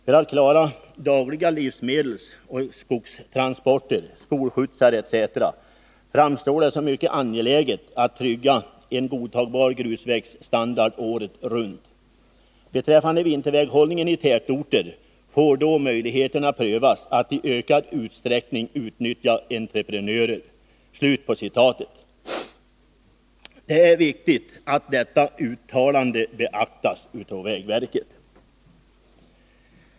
För att klara dagliga livsmedelsoch skogstransporter, skolskjutsar etc. framstår det som mycket angeläget att trygga en godtagbar grusvägsstandard året runt. Beträffande vinterväghållningen i tätorter får då möjligheten prövas att i ökad utsträckning utnyttja entreprenörer.” Det är viktigt att detta uttalande beaktas av vägverket.